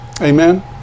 Amen